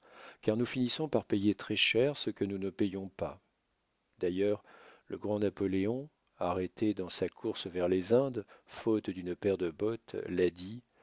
car nous finissons par payer très-cher ce que nous ne payons pas d'ailleurs le grand napoléon arrêté dans sa course vers les indes faute d'une paire de bottes l'a dit